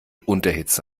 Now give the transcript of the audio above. unterhitze